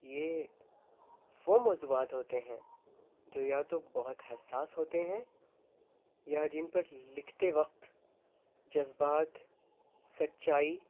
یہ ف م وضوعات ہوتے ہیں جو یا تو بہت حساس ہوتے ہیں یا جن پر لکھتے وقت جذبات سچائی